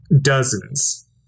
Dozens